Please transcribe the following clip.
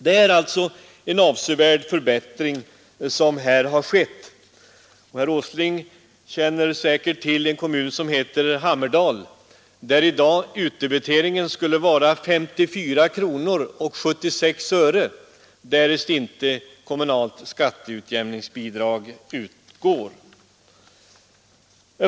Detta bör noteras. Herr Åsling känner säkerligen till en kommun i Jämtland som heter Hammerdal, där utdebiteringen i dag skulle vara 54 kronor 76 öre därest inte kommunalt skatteutjämningsbidrag utgick.